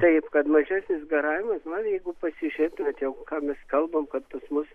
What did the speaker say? taip kad mažesnis garavimas na jeigu pasižiūrėtumėt ką mes kalbam kad pas mus